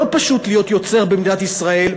לא פשוט להיות יוצר במדינת ישראל,